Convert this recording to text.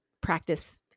practice